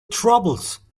troubles